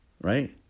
right